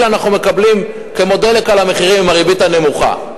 אנחנו מקבלים כמו דלק על המחירים את הריבית הנמוכה.